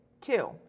Two